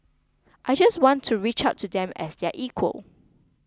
I just want to reach out to them as their equal